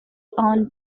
owned